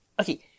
okay